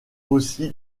aussi